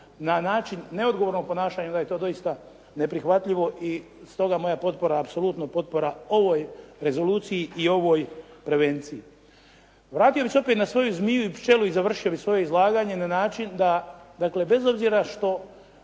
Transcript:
na način neodgovornog ponašanja onda je to doista neprihvatljivo i stoga moja potpora, apsolutno potpora ovoj rezoluciji i ovoj prevenciji. Vratio bih se opet na svoju zmiju i pčelu i završio bih svoje izlaganje na način da dakle bez obzira što